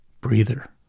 Breather